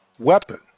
weapon